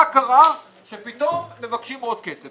מה קרה שפתאום מבקשים עוד כסף.